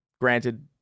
granted